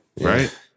Right